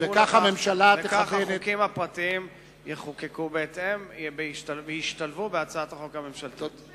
וכך החוקים הפרטיים יחוקקו בהתאם וישתלבו בהצעת החוק הממשלתית.